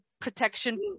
protection